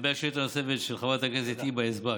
לגבי השאילתה הנוספת של חברת הכנסת היבה יזבק,